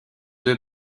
deux